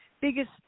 biggest